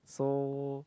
so